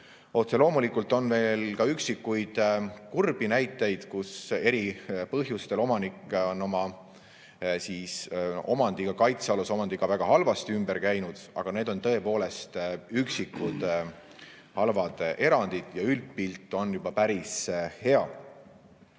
Otse loomulikult on ka üksikuid kurbi näiteid, kus eri põhjustel on omanik oma kaitsealuse omandiga väga halvasti ümber käinud, aga need on tõepoolest üksikud halvad erandid ja üldpilt on päris hea.